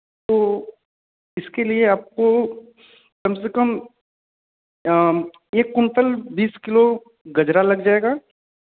वह इसके लिए आपको कम से कम एक कुंतल बीस किलो गजरा लग जाएगा